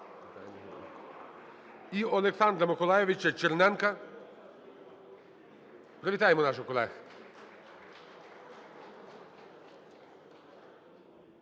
і Олександра Миколайовича Черненка. Привітаємо наших колег.